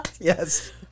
Yes